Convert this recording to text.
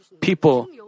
People